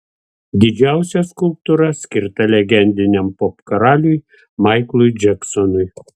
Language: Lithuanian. didžiausia skulptūra skirta legendiniam popkaraliui maiklui džeksonui